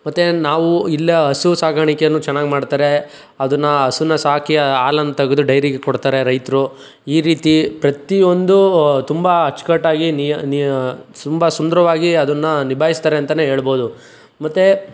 ಮತ್ತು ನಾವು ಇಲ್ಲೇ ಹಸು ಸಾಗಾಣಿಕೆಯನ್ನು ಚೆನ್ನಾಗ್ ಮಾಡ್ತಾರೆ ಅದನ್ನ ಹಸುನ ಸಾಕಿ ಹಾಲನ್ ತೆಗ್ದು ಡೈರಿಗೆ ಕೊಡ್ತಾರೆ ರೈತರು ಈ ರೀತಿ ಪ್ರತಿಯೊಂದು ತುಂಬ ಅಚ್ಚುಕಟ್ಟಾಗಿ ನೀ ನೀ ತುಂಬ ಸುಂದರವಾಗಿ ಅದನ್ನ ನಿಭಾಯಿಸ್ತರೆ ಅಂತ ಹೇಳ್ಬೋದು ಮತ್ತು